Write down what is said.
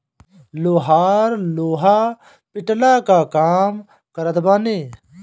लोहार लोहा पिटला कअ काम करत बाने